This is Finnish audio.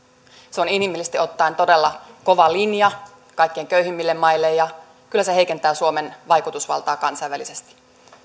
se on inhimillisesti ottaen todella kova linja kaikkein köyhimmille maille ja kyllä se heikentää suomen vaikutusvaltaa kansainvälisesti